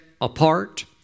apart